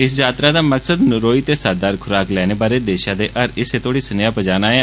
इस यात्रा दा मेकसद नरोई ते सत्तदार खुराक लैने बारै देशै दे हर हिस्से तोहड़ी सनेहा पजाना ऐ